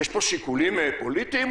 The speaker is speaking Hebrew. יש פה שיקולים פוליטיים,